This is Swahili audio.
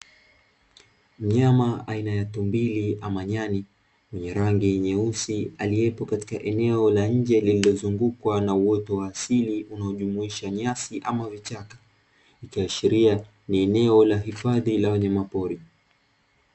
Mnyama aina ya tumbili ama nyani mwenye rangi nyeusi aliyeko katika eneo la nje lililozungukwa na uoto wa asili unaojumuisha nyasi ama vichaka, ikiashiria ni eneo la hifadhi ya wanyama pori.